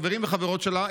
חברים וחברות שלה,